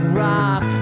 rock